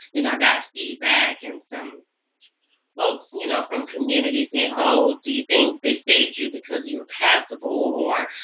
you know got feedback and some folks you know from community saying. oh, do you think they saved you because you were passable? or.